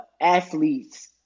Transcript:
athletes